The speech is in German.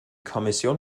kommission